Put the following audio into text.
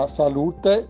salute